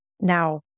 Now